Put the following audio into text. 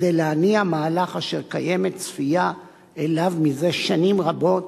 כדי להניע מהלך אשר קיימת ציפייה אליו מזה שנים רבות,